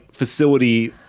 facility